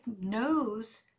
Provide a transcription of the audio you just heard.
knows